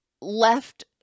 left